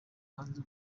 hanze